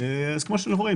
כפי שאתם רואים,